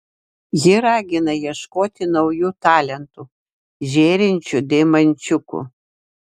ji ragina ieškoti naujų talentų žėrinčių deimančiukų